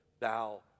thou